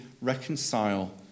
reconcile